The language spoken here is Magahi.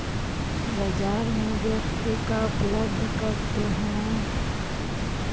बाजार में व्यक्ति का उपलब्ध करते हैं?